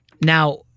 Now